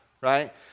right